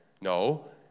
No